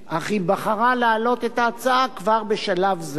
אך היא בחרה להעלות את ההצעה כבר בשלב זה.